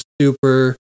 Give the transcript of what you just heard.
super